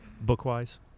book-wise